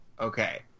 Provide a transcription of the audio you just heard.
okay